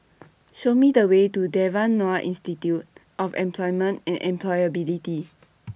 Show Me The Way to Devan Nair Institute of Employment and Employability